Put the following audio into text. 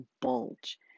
bulge